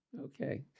Okay